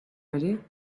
ere